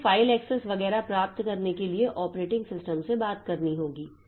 इसलिए file access वगैरह प्राप्त करने के लिए ऑपरेटिंग सिस्टम से बात करनी होगी